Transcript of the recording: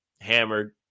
hammered